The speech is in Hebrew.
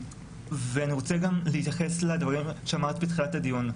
אני רוצה גם להתייחס לדברים שאמרת בתחילת הדיון,